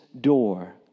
door